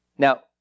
Now